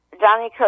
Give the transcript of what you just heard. Donnie